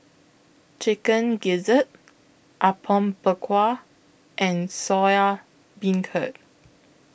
Chicken Gizzard Apom Berkuah and Soya Beancurd